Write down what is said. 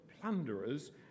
plunderers